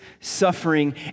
suffering